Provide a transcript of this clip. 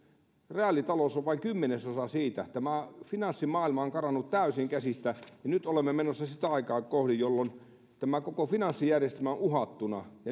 reaalitalous on vain kymmenesosa siitä tämä finanssimaailma on karannut täysin käsistä ja nyt olemme menossa sitä aikaa kohti jolloin tämä koko finanssijärjestelmä on uhattuna